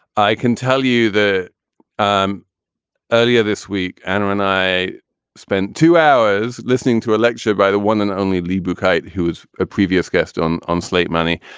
i can tell you the um earlier this week and when i spent two hours listening to a lecture by the one and only lee buchheit, who was a previous guest on on slate money,